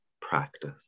practice